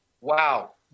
Wow